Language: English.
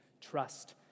trust